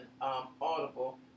Audible